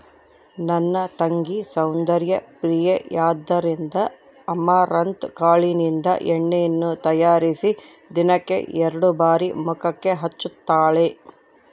ನನ್ನ ತಂಗಿ ಸೌಂದರ್ಯ ಪ್ರಿಯೆಯಾದ್ದರಿಂದ ಅಮರಂತ್ ಕಾಳಿನಿಂದ ಎಣ್ಣೆಯನ್ನು ತಯಾರಿಸಿ ದಿನಕ್ಕೆ ಎರಡು ಬಾರಿ ಮುಖಕ್ಕೆ ಹಚ್ಚುತ್ತಾಳೆ